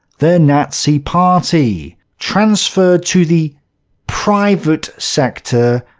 the nazi party. transferred to the private sector,